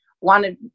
wanted